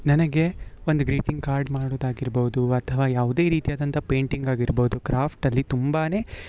ನನಗೆ ಒಂದು greeting card ಮಾಡುದು ಆಗಿರ್ಬೋದು ಅಥವಾ ಯಾವುದೇ ರೀತಿ ಆದಂಥ ಪೇಟಿಂಗ್ ಆಗಿರ್ಬೋದು ಕ್ರಾಫ್ಟ್ ಅಲ್ಲಿ ತುಂಬ